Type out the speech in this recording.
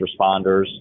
responders